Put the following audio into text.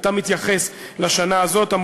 ואתה מתייחס לשנה הזאת.